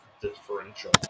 differential